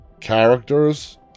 characters